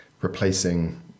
replacing